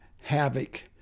havoc